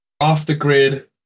off-the-grid